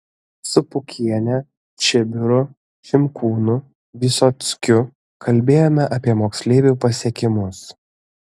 su pukiene čibiru šimkūnu vysockiu kalbėjome apie moksleivių pasiekimus